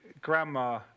grandma